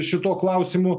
šituo klausimu